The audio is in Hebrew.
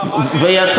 ומה?